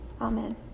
Amen